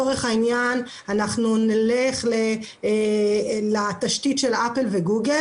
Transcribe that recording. ואם אם נלך לתשתית של אפל וגוגל,